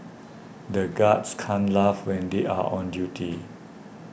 the guards can't laugh when they are on duty